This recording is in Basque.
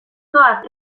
zoaz